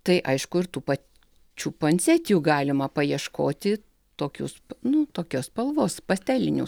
tai aišku ir tų pačių puansetijų galima paieškoti tokius nu tokios spalvos pastelinius